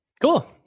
cool